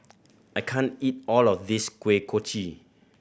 I can't eat all of this Kuih Kochi